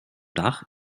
dach